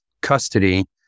custody